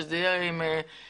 כך שזה יהיה עם כיוון.